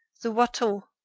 the watteau,